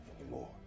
anymore